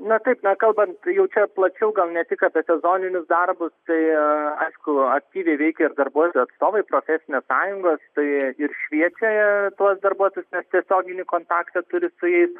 na kaip na kalbant jau čia plačiau gal ne tik apie sezoninius darbus tai aišku aktyviai veikia ir darbuotojų atstovai profesinės sąjungos tai ir šviečia tuos darbuotojus nes tiesioginį kontaktą turi su jais